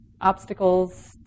obstacles